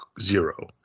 zero